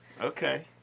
Okay